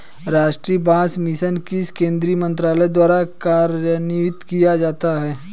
राष्ट्रीय बांस मिशन किस केंद्रीय मंत्रालय द्वारा कार्यान्वित किया जाता है?